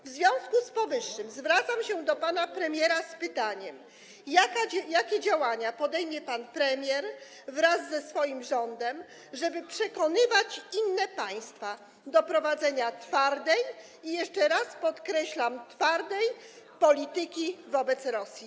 W związku z powyższym zwracam się do pana premiera z pytaniem: Jakie działania pan premier podejmie wraz ze swoim rządem, żeby przekonywać inne państwa do prowadzenia twardej, jeszcze raz podkreślam: twardej, polityki wobec Rosji?